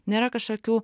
nėra kažkokių